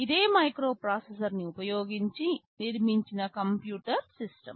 ఇదే మైక్రోప్రాసెసర్ ని ఉపయోగించి నిర్మించిన కంప్యూటర్ సిస్టమ్